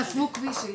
חסמו כביש.